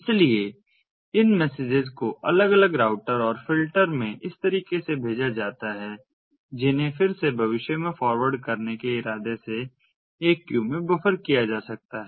इसलिए इन मैसेजेस को अलग अलग राउटर और फिल्टर में इस तरीके से भेजा जाता है जिन्हें फिर से भविष्य में फॉरवर्ड करने के इरादे से एक क्यू में बफ़र किया जा सकता है